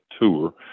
tour